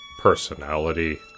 personality